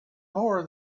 more